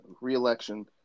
re-election